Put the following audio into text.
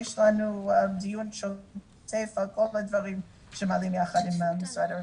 יש לנו דיון שוטף על כל הדברים שמעלים יחד עם משרד הרווחה.